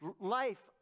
life